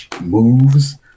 moves